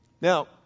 Now